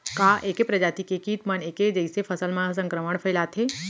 का ऐके प्रजाति के किट मन ऐके जइसे फसल म संक्रमण फइलाथें?